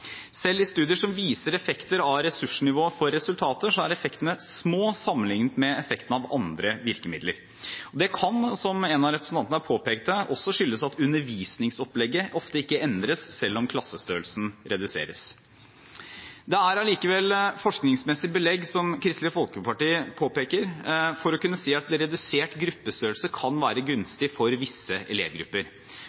Selv i studier som viser effekter av ressursnivået for resultater, er effektene små sammenlignet med effektene av andre virkemidler. Dette kan, som en av representantene her påpekte, også skyldes at undervisningsopplegget ofte ikke endres selv om klassestørrelsen reduseres. Det er likevel forskningsmessig belegg, som Kristelig Folkeparti påpeker, for å kunne si at redusert gruppestørrelse kan være gunstig for visse elevgrupper.